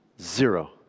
Zero